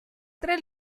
tre